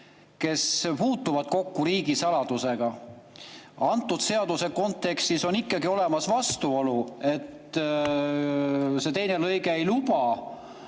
kes puutuvad kokku riigisaladusega. Antud seaduse kontekstis on ikkagi olemas vastuolu. See teine lõige ei luba